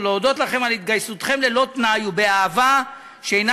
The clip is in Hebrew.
"ולהודות לכם על התגייסותכם ללא תנאי ובאהבה שאינה